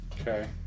Okay